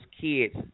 kids